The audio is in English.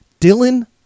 Dylan